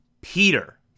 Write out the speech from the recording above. Peter